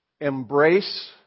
embrace